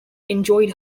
enjoyed